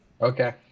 Okay